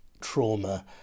trauma